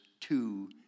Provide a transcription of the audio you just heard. two